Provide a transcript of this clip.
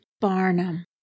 Barnum